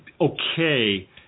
okay